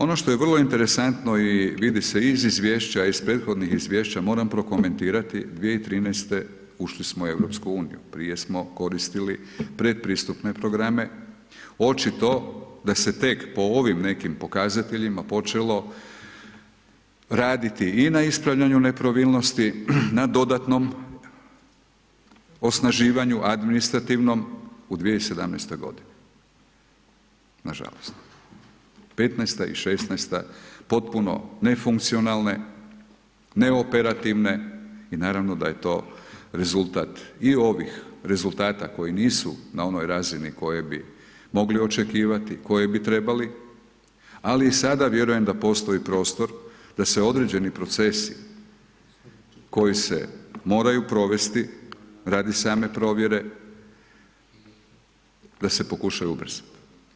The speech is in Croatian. Ono što je vrlo interesantno i vidi se i iz Izvješća, iz prethodnih Izvješća, moram prokomentirati, 2013. ušli smo u Europsku uniju, prije smo koristili predpristupne programe, očito da se tek po ovim nekim pokazateljima počelo raditi i na ispravljanju nepravilnosti, na dodatnom osnaživanju administrativnom u 2017. godini, nažalost. '15.-ta i '16.-ta potpuno nefunkcionalne, neoperativne i naravno da je to rezultat i ovih rezultata koji nisu na onoj razini kojoj bi mogli očekivati, koje bi trebali, ali i sada vjerujem da postoji prostor da se određeni procesi koji se moraju provesti radi same provjere, da se pokušaju ubrzat.